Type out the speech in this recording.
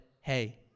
hey